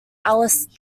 alice